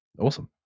Awesome